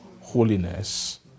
holiness